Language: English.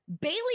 Bailey